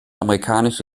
amerikanische